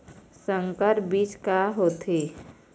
संकर बीज का होथे?